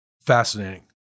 Fascinating